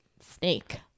snake